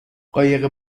قایق